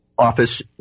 office